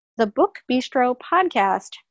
thebookbistropodcast